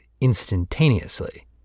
instantaneously